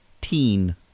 Teen